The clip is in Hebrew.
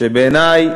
שבעיני,